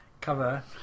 cover